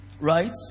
right